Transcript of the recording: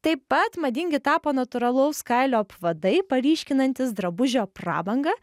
taip pat madingi tapo natūralaus kailio apvadai paryškinantys drabužio prabangą